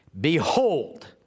Behold